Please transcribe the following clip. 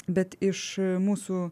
bet iš mūsų